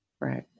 Right